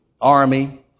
army